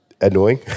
annoying